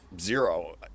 Zero